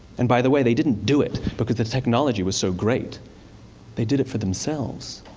and, by the way, they didn't do it because the technology was so great they did it for themselves.